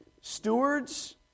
stewards